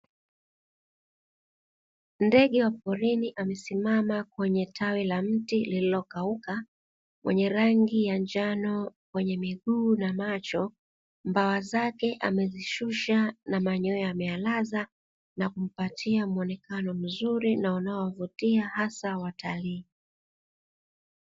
Ndege wa porini amesimama kwenye tawi la mti lililokauka, mwenye rangi ya njano kwenye miguu na macho, mbawa zake amezishusha na manyoya ameyalaza na kumpatia muonekano mzuri na unaovutia hasa watalii.